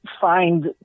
find